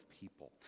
people